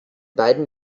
beiden